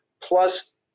plus